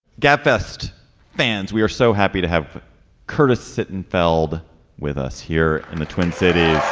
gabfest fans we are so happy to have curtis sittenfeld with us here in the twin cities